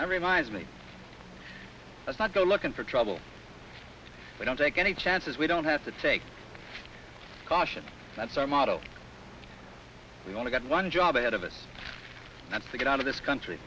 i remind me that's not go looking for trouble but don't take any chances we don't have to take caution that's our motto we only got one job ahead of us not to get out of this country